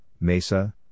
Mesa